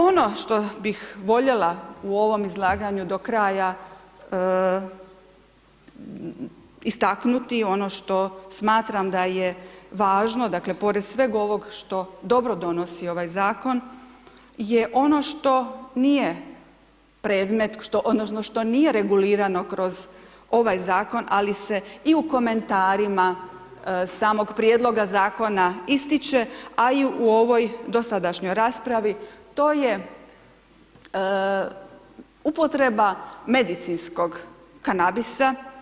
Ono što bih voljela u ovom izlaganju do kraja istaknuti, ono što smatram da je važno, pored sveg ovog što dobro donosi ovaj zakon, je ono što nije predmet, odnosno, što nije regulirano kroz ovaj zakon, ali se i u komentarima samog prijedloga zakona ističe, a i u ovoj dosadašnjoj raspravi, to je upotreba medicinskog kanabisa.